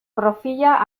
profila